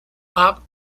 bob